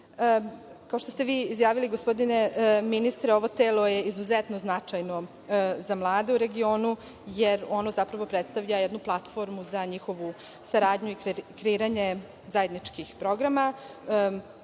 što ste vi izjavili, gospodine ministre, ovo telo je izuzetno značajno za mlade u regionu, jer ono zapravo predstavlja jednu platformu za njihovu saradnju i kreiranje zajedničkih programa.